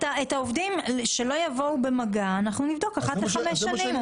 העובדים שלא יבואו במגע אנחנו נבדוק אחת לחמש שנים,